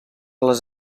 les